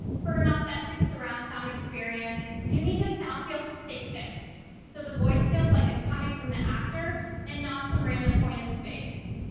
for an authentic surround sound experience, you need the sound field to stay fixed so the voice feels like it's coming from the actor and not some random point in space.